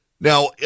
Now